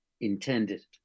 intended